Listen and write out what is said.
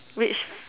which